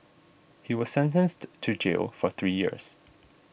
he was sentenced to jail for three years